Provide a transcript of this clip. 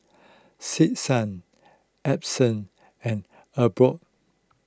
Stetson Essence and Albion